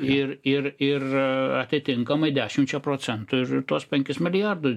ir ir ir atitinkamai dešimčia procentų ir tuos penkis milijardus